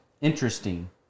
Interesting